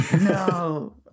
No